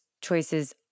choices